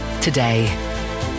today